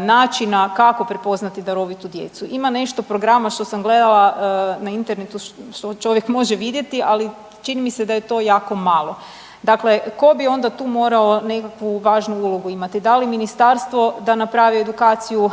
načina kako prepoznati darovitu djecu. Ima nešto programa što sam gledala na Internetu što čovjek može vidjeti, ali čini mi se da je to jako malo. Dakle, tko bi onda tu morao nekakvu važnu ulogu imati da li ministarstvo da napravi edukaciju